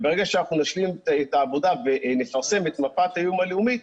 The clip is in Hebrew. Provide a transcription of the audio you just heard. ברגע שאנחנו נשלים את העבודה ונפרסם את מפת האיום הלאומית,